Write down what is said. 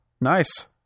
Nice